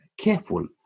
careful